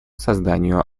созданию